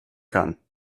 kann